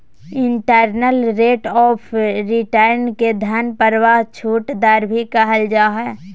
internal rate of return के धन प्रवाह छूट दर भी कहल जा हय